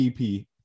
EP